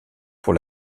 pour